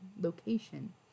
location